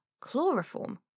chloroform